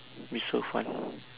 be so fun